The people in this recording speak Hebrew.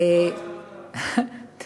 זאת הייתה המטרה.